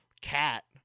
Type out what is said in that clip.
cat